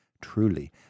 Truly